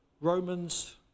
Romans